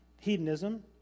hedonism